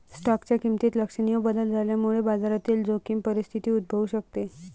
स्टॉकच्या किमतीत लक्षणीय बदल झाल्यामुळे बाजारातील जोखीम परिस्थिती उद्भवू शकते